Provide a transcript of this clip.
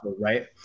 right